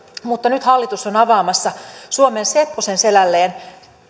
mutta nyt hallitus on avaamassa suomen sepposen selälleen